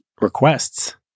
requests